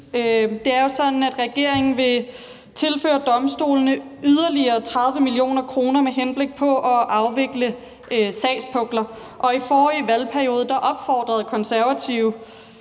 Det er jo sådan, at regeringen vil tilføre domstolene yderligere 30 mio. kr. med henblik på at afvikle sagspukler. I forrige valgperiode opfordrede Konservative